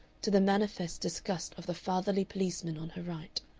to the manifest disgust of the fatherly policeman on her right.